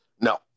No